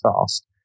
fast